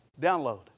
download